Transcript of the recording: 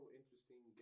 interesting